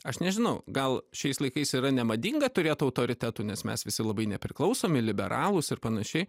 aš nežinau gal šiais laikais yra nemadinga turėt autoritetų nes mes visi labai nepriklausomi liberalūs ir panašiai